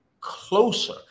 closer